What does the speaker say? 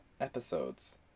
episodes